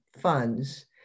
funds